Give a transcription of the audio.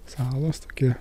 salos tokia